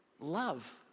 love